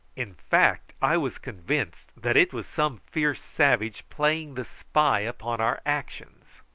in fact i was convinced that it was some fierce savage playing the spy upon our actions.